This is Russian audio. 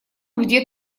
где